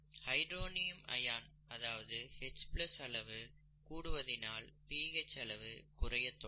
hydronium ion அதாவது H அளவு கூடுவதினால் பிஹெச் அளவு குறையத் தொடங்கும்